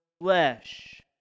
flesh